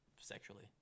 sexually